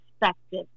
perspective